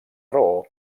raó